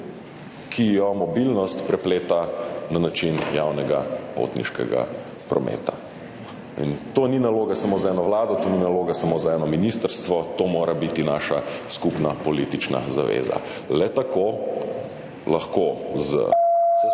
mobilnost na način javnega potniškega prometa. To ni naloga samo za eno vlado, to ni naloga samo za eno ministrstvo, to mora biti naša skupna politična zaveza. Le tako lahko z vsesplošnim